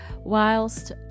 Whilst